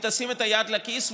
היא תשים את היד בכיס.